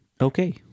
Okay